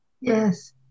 Yes